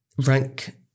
Rank